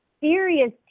serious